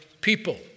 people